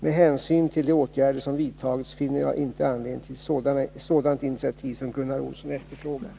Med hänsyn till de åtgärder som vidtagits finner jag inte anledning till sådant initiativ som Gunnar Olsson efterfrågar.